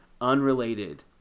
unrelated